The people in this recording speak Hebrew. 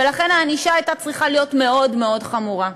ולכן הענישה הייתה צריכה להיות מאוד מאוד חמורה.